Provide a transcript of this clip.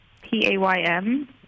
P-A-Y-M